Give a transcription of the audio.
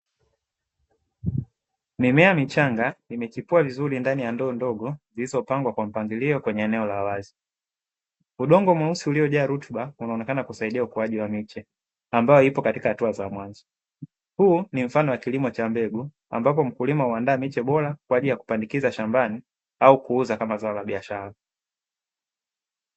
Mimea michanga imechipua vizuri ndani ya ndoo ndogo zilizopangwa kwa mpangilio kwenye eneo la wazi, udongo mweusi uliojaa rutuba unaonekana kusaidia ukuaji wa miche ambayo ipo katika hatua za mwanzo. Huu ni mfano wa kilimo cha mbegu, ambapo mkulima huandaa miche bora kwa ajili ya kupandikiza shambani au kuuza kama zao la biashara.